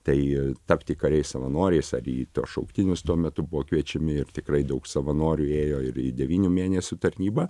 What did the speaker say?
tai tapti kariais savanoriais ar į tuos šauktinius tuo metu buvo kviečiami ir tikrai daug savanorių ėjo ir į devynių mėnesių tarnybą